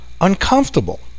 uncomfortable